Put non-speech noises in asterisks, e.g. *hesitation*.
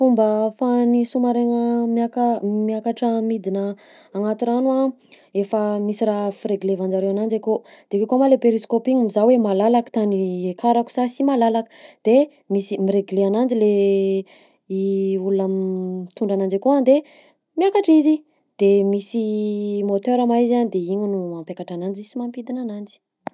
Fomba ahafahan'ny sous-marin-gna miaka- miakatra midina agnaty rano a: efa misy raha fireglevan'jareo ananjy akao, de akeo koa ma le périscope igny mizaha hoe malalaka tany *hesitation* iakarako sa sy malalaka; de misy miregle ananjy le *hesitation* olona *hesitation* mitondra ananjy akao a de miakatra izy, de misy môtera ma izy a de igny no mampiakatra ananjy sy mampidina anajy.